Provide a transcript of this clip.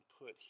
put